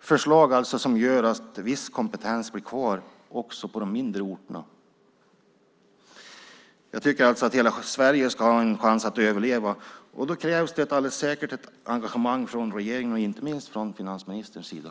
förslag som gör att viss kompetens blir kvar också på de mindre orterna. Jag tycker att hela Sverige ska få en chans att överleva, och då krävs det ett alldeles särskilt engagemang från regeringen, inte minst från finansministerns sida.